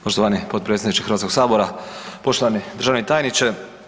Poštovani potpredsjedniče Hrvatskoga sabora, poštovani državni tajniče.